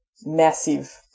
massive